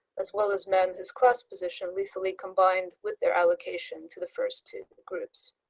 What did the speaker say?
as well as men whose class position lethally combined with their allocation to the first two groups.